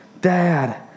Dad